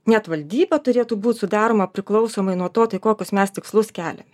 net valdyba turėtų būt sudaroma priklausomai nuo to kokius mes tikslus keliame